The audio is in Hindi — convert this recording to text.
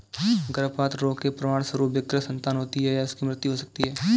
गर्भपात रोग के परिणामस्वरूप विकृत संतान होती है या उनकी मृत्यु हो सकती है